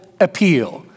appeal